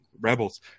Rebels